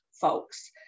folks